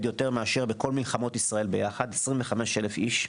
יותר מאשר בכל מלחמות ישראל יחד 25,000 איש.